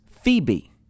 Phoebe